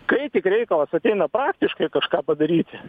kai tik reikalas ateina praktiškai kažką padaryti